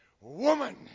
Woman